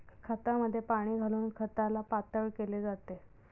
खतामध्ये पाणी घालून खताला पातळ केले जाते